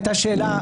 הייתה שאלה,